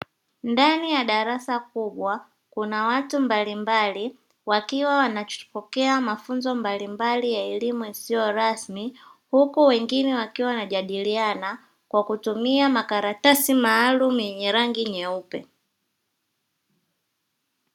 Ndani ya darasa kubwa kuna watu mbalimbali wakiwa wanapokea mafunzo mbalimbali ya elimu isiyo rasmi huku wengine wakiwa wanajadiliana kwa kutumia makaratasi maalumu yenye rangi nyeupe.